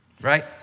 right